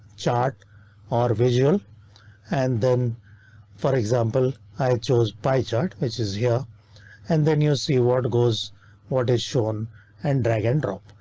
chart or visual and then for example, i chose pie chart which is here and then you see what goes what is shown and drag and drop.